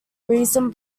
reason